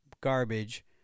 garbage